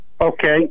Okay